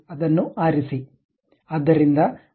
ಅದನ್ನು ಆರಿಸಿ